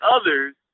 others